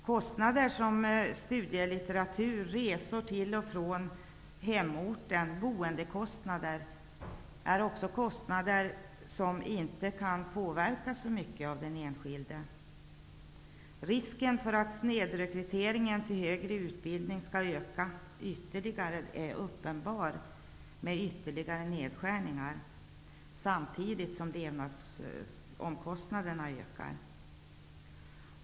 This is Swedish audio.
Utgifter för studielitteratur, resor till och från hemorten och bostadskostnader är kostnader som inte kan påverkas så mycket av den enskilde. Risken för att snedrekryteringen till högre utbildning skall öka ytterligare är uppenbar med ytterligare nedskärningar, samtidigt som levnadsomkostnaderna höjs.